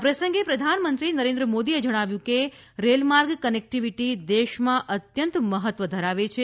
આ પ્રસંગે પ્રધાનમંત્રી નરેન્દ્ર મોદીએ જણાવ્યું હતું કે રેલમાર્ગ કનેક્ટીવીટી દેશમાં અત્યંત મહત્વ ધરાવે છે